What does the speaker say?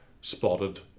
spotted